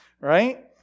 right